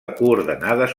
coordenades